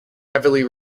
heavily